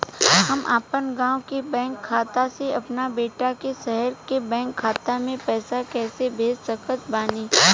हम अपना गाँव के बैंक खाता से अपना बेटा के शहर के बैंक खाता मे पैसा कैसे भेज सकत बानी?